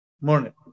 morning